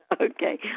Okay